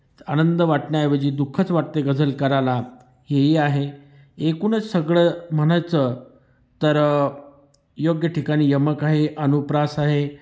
आनंद वाटण्याऐवजी दुःखच वाटते गजलकाराला हेही आहे एकूणच सगळं म्हणायचं तर योग्य ठिकाणी यमक आहे अनुप्रास आहे